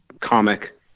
comic